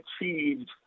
achieved